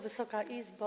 Wysoka Izbo!